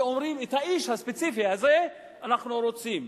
ואומרים שאת האיש הספציפי הזה אנחנו רוצים.